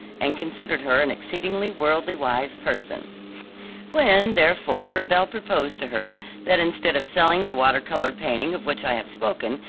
and considered her an exceedingly worldly-wise person when, therefore, belle proposed to her that instead of selling the water-color painting of which i have spoken,